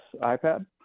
iPad